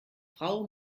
frau